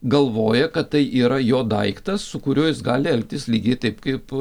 galvoja kad tai yra jo daiktas su kuriuo jis gali elgtis lygiai taip kaip